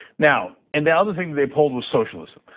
now, and the other thing that they polled was socialism.